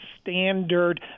standard